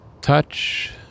touch